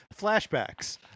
flashbacks